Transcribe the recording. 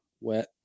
wet